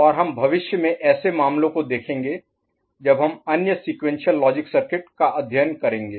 और हम भविष्य में ऐसे मामलों को देखेंगे जब हम अन्य सीक्वेंशियल लॉजिक सर्किट का अध्ययन करेंगे